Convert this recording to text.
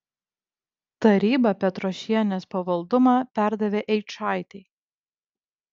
taryba petrošienės pavaldumą perdavė eičaitei